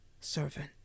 servant